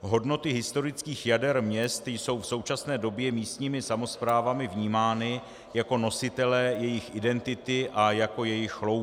Hodnoty historických jader měst jsou v současné době místními samosprávami vnímány jako nositelé jejich identity a jako jejich chlouba.